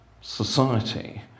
society